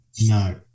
No